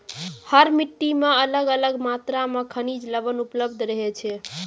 हर मिट्टी मॅ अलग अलग मात्रा मॅ खनिज लवण उपलब्ध रहै छै